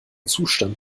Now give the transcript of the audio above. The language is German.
zustand